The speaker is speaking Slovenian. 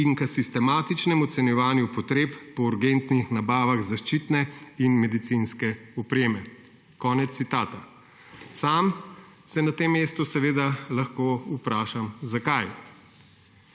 in k sistematičnemu ocenjevanju potreb po urgentnih nabavah zaščitne in medicinske opreme.« Konec citata. Sam se na tem mestu seveda lahko vprašam, zakaj.